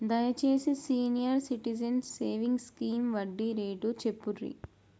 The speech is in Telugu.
దయచేసి సీనియర్ సిటిజన్స్ సేవింగ్స్ స్కీమ్ వడ్డీ రేటు చెప్పుర్రి